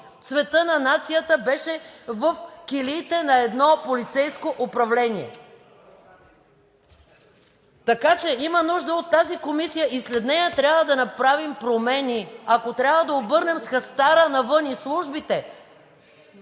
Цветът на нацията беше в килиите на едно полицейско управление, така че има нужда от тази комисия. След нея трябва да направим промени, ако трябва да обърнем с хастара навън и службите,